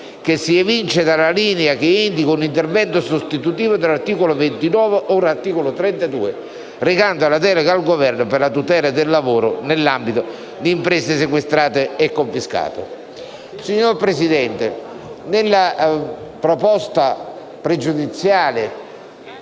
che si evince dall'alinea che indica un intervento sostitutivo dell'articolo 29 (ora articolo 32), recante la delega al Governo per la tutela del lavoro nell'ambito delle imprese sequestrate e confiscate. Signor Presidente, nella questione pregiudiziale